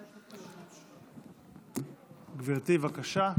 גברתי, בבקשה.